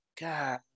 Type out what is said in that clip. God